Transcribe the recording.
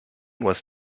was